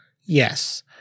Yes